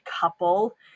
couple